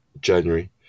January